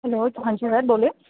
hello आं जी sir बोल्लो